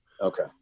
Okay